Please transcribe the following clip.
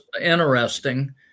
interesting